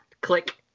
Click